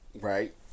right